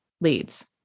leads